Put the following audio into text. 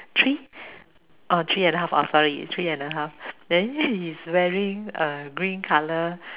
three oh three and a half oh sorry it's three and a half then he's wearing a green colour